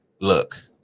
Look